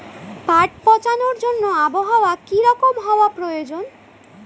পাট পচানোর জন্য আবহাওয়া কী রকম হওয়ার প্রয়োজন?